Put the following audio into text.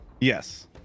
Yes